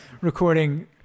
recording